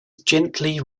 gently